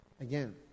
again